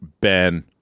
Ben